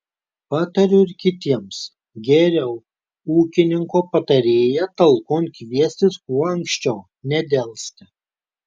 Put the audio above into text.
patariu ir kitiems geriau ūkininko patarėją talkon kviestis kuo anksčiau nedelsti